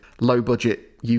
low-budget